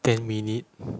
ten minute